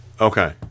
Okay